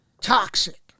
toxic